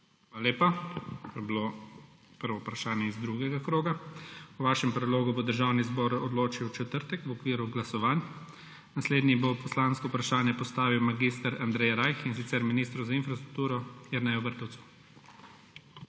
Hvala lepa. To je bilo prvo vprašanje iz drugega kroga. O vašem predlogu bo Državni zbor odločal v četrtek v okviru glasovanj. Naslednji bo poslansko vprašanje postavil mag. Andrej Raj, in sicer ministru za infrastrukturo Jerneju Vrtovcu.